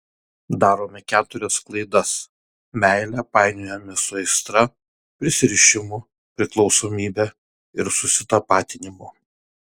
darome keturias klaidas meilę painiojame su aistra prisirišimu priklausomybe ir susitapatinimu